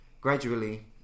Gradually